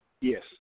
Yes